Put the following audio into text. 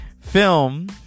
film